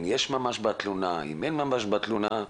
יש ממש בתלונה או האם אין ממש בתלונה.